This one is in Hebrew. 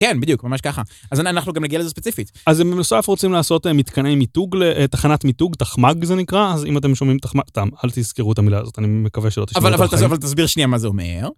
כן בדיוק ממש ככה אז אנחנו גם נגיע לזה ספציפית. אז הם בנוסף רוצים לעשות מתקני מיתוג לתחנת מיתוג תחמ"ג זה נקרא אז אם אתם שומעים תחמ"ג, סתם אל תזכרו את המילה הזאת אני מקווה שלא תשמעו אותה בחיים. אבל תסביר שניה מה זה אומר.